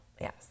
Yes